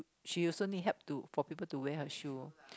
she also need help to for people to wear her shoe